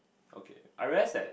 okay I rest that